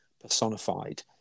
personified